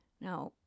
Now